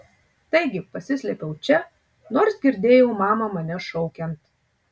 taigi pasislėpiau čia nors girdėjau mamą mane šaukiant